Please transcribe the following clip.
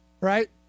Right